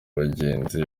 abagenzi